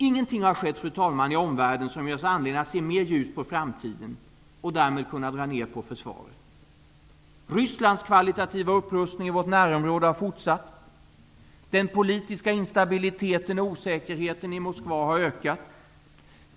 Ingenting har skett, fru talman, i omvärlden som ger oss anledning att se mera ljust på framtiden och därmed kunna dra ner på försvaret. Rysslands kvalitativa upprustning i vårt närområde har fortsatt. Den politiska instabiliteten och osäkerheten i Moskva har ökat.